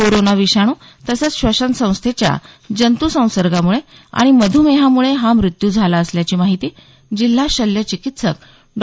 corona विषाणू तसंच श्वसन संस्थेच्या जंतू संसर्गामुळे आणि मधुमेहामुळे हा मृत्यू झाला असल्याची माहिती जिल्हा शल्यचिकित्सक डॉ